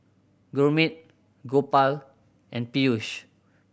Gurmeet Gopal and Peyush